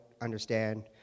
understand